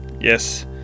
Yes